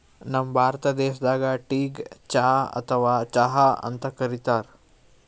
ನಮ್ ಭಾರತ ದೇಶದಾಗ್ ಟೀಗ್ ಚಾ ಅಥವಾ ಚಹಾ ಅಂತ್ ಕರಿತಾರ್